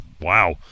Wow